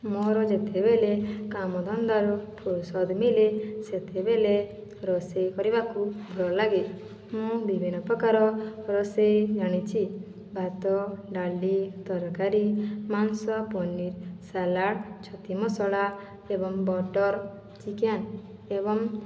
ମୋର ଯେତେବେଲେ କାମ ଧନ୍ଦାରୁ ଫୁରସତ ମିଲେ ସେତେବେଲେ ରୋଷେଇ କରିବାକୁ ଭଲ ଲାଗେ ମୁଁ ବିଭିନ୍ନ ପ୍ରକାର ରୋଷେଇ ଜାଣିଛି ଭାତ ଡାଲି ତରକାରୀ ମାଂସ ପନିର ସାଲାଡ଼ ଛତି ମସଳା ଏବଂ ବଟର ଚିକେନ ଏବଂ